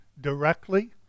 directly